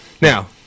Now